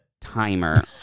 timer